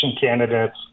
candidates